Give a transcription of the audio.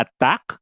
attack